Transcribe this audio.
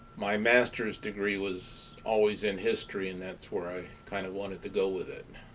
my master's degree was always in history and that's where i kind of wanted to go with it.